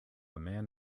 man